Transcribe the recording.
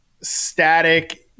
static